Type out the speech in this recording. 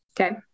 Okay